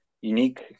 unique